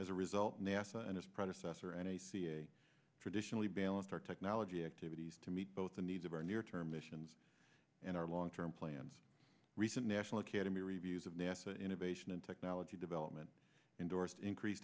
as a result nasa and its predecessor and ac a traditionally balance our technology activities to meet both the needs of our near term missions and our long term plans recent national academy reviews of nasa innovation and technology development endorsed increase